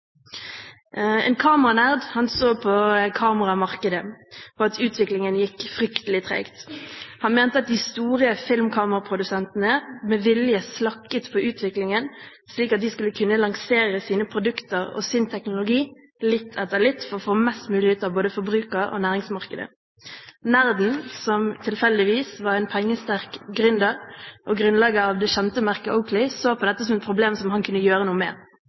så på kameramarkedet, på at utviklingen gikk fryktelig tregt. Han mente at de store filmkameraprodusentene med vilje slakket på utviklingen, slik at de skulle lansere sine produkter og teknologi litt etter litt for å få mest mulig ut av både forbruker- og næringsmarkedet. Nerden, som tilfeldigvis var en pengesterk gründer og grunnlegger av det kjente merket Oakley, så på dette som et problem han kunne gjøre noe med.